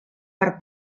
per